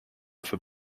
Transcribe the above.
for